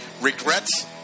regrets